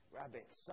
rabbits